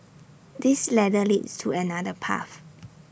this ladder leads to another path